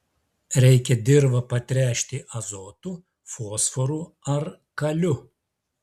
reikia dirvą patręšti azotu fosforu ar kaliu